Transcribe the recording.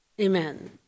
Amen